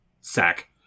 sack